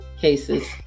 cases